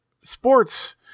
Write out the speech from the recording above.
sports